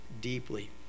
deeply